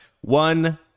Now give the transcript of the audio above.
One